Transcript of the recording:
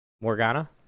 Morgana